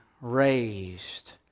raised